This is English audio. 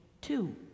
two